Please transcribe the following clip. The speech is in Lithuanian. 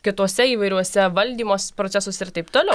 kituose įvairiuose valdymos procesuose ir taip toliau